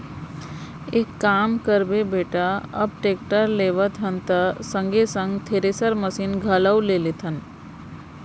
एक काम करबे बेटा अब टेक्टर लेवत हन त संगे संग थेरेसर मसीन ल घलौ ले लेथन